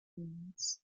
humans